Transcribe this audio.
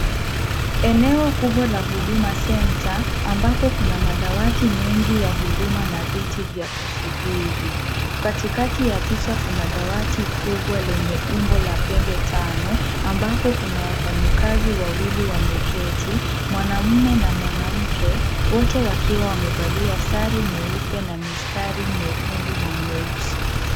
Eneo kubwa la huduma senta ambapo kuna madawati mengi ya huduma na viti vya kusubiri. Katikati ya picha kuna dawati kubwa lenye umbo la pembe tano ambapo kuna wafanyikazi wawili wameketi, mwanaume na mwanamke wote wakiwa wamevalia sare nyeupe na mistari nyekundu na nyeusi.